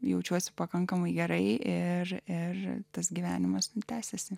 jaučiuosi pakankamai gerai ir ir tas gyvenimas tęsiasi